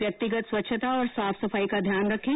व्यक्तिगत स्वच्छता और साफ सफाई का ध्यान रखें